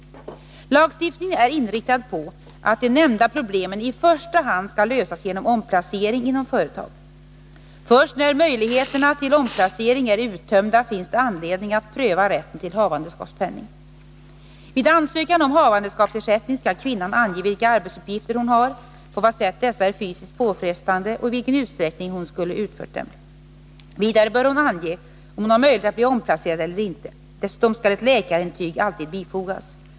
Lagstiftningen är inriktad på att de nämnda problemen i första hand skall lösas genom omplacering inom företaget. Först när möjligheterna till omplacering är uttömda finns det anledning att pröva rätten till havandeskapspenning. Vid ansökan om havandeskapsersättning skall kvinnan ange vilka arbetsuppgifter hon har, på vad sätt dessa är fysiskt påfrestande och i vilken utsträckning hon skulle ha utfört dem. Vidare bör hon ange om hon har möjlighet att bli omplacerad eller inte. Dessutom skall ett läkarintyg alltid bifogas.